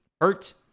hurt